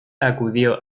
acudió